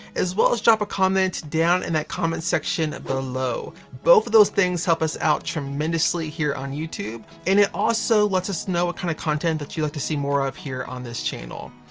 as well as drop a comment down in that comment section below. both of those things help us out tremendously here on youtube, and it also lets us know what kind of content that you like to see more of, here on this channel.